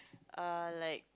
err like